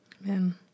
man